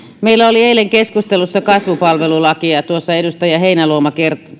meillä oli eilen keskustelussa kasvupalvelulaki ja ja tuossa edustaja heinäluoma